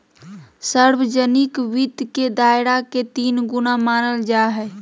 सार्वजनिक वित्त के दायरा के तीन गुना मानल जाय हइ